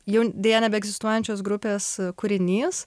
jau deja nebeegzistuojančios grupės kūrinys